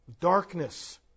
darkness